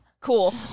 Cool